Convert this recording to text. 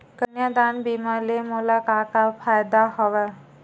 कन्यादान बीमा ले मोला का का फ़ायदा हवय?